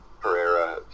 Pereira